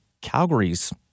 Calgary's